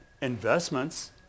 investments